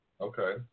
Okay